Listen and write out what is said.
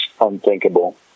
unthinkable